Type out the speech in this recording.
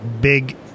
big